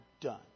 done